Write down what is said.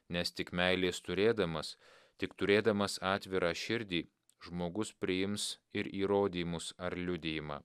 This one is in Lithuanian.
nes tik meilės turėdamas tik turėdamas atvirą širdį žmogus priims ir įrodymus ar liudijimą